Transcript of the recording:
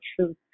truth